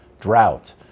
drought